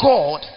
God